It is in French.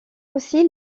aussi